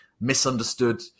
misunderstood